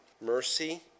mercy